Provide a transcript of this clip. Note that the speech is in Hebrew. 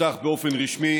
נפתח באופן רשמי